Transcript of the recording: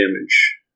damage